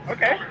Okay